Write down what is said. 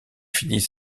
finit